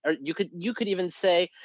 or you could you could even say,